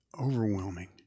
overwhelming